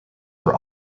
for